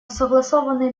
согласованный